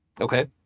okay